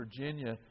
Virginia